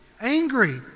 angry